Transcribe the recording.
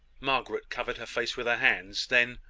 margaret covered her face with her hands then,